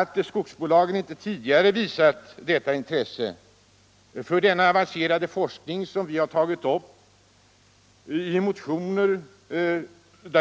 Att skogsbolagen inte tidigare visat detta intresse för den avancerade forskning som vi har tagit upp i motioner —